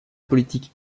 politique